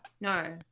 No